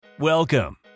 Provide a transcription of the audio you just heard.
Welcome